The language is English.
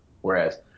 Whereas